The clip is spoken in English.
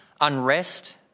unrest